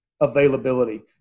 availability